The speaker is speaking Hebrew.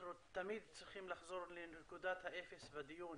אנחנו תמיד צריכים לחזור לנקודת האפס בדיון